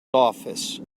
office